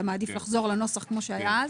אתה מעדיף לחזור לנוסח כמו שהיה אז?